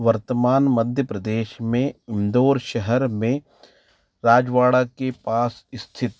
वर्तमान मध्य प्रदेश में इंदौर शहर में रजवाड़ा के पास स्थित